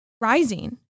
rising